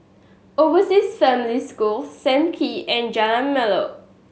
Overseas Family School Sam Kee and Jalan Molek